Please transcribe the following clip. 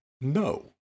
no